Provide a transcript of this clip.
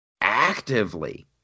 Actively